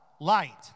light